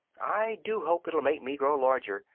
i do hope it'll make me grow larger,